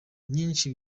nyinshi